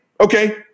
okay